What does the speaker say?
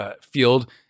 field